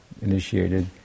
initiated